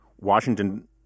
Washington